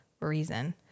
reason